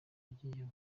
yagiye